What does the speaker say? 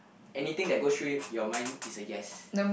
anything that goes through your mind is a yes